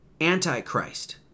antichrist